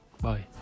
bye